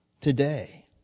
today